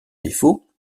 défauts